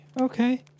okay